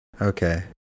Okay